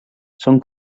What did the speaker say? són